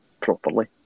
properly